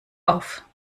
auf